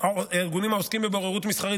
הארגונים העוסקים בבוררות מסחרית